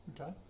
Okay